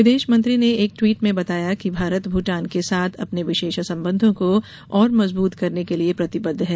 विदेश मंत्री ने एक ट्वीट में बताया कि भारत भूटान के साथ अपने विशेष संबंधों को और मजबूत करने के लिए प्रतिबद्ध है